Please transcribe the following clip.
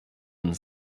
and